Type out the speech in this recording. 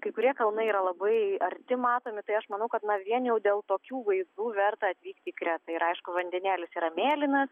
kai kurie kalnai yra labai arti matomi tai aš manau kad na vien jau dėl tokių vaizdų verta atvykti į kretą ir aišku vandenėlis yra mėlynas